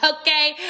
Okay